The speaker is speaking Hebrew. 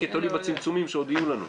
כי תלוי בצמצומים שעוד יהיו לנו.